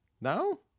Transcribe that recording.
No